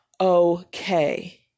okay